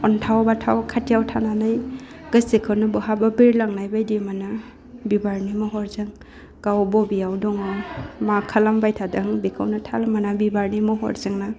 अन्थाव बाथाव खाथियाव थानानै गोसोखौनो बहाबो बिरलांनाय बायदि मोनो बिबारनि महरजों गाव बबेयाव दङ मा खालामबाय थादों बेखौनो थाल मोना बिबारनि महरजोंनो